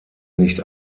nicht